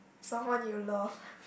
someone you love